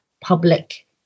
public